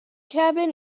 cabin